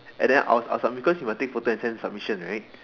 and then our our submit cause we must take photo and send to submission right